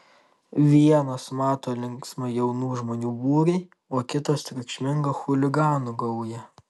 vienas mato linksmą jaunų žmonių būrį o kitas triukšmingą chuliganų gaują